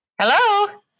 Hello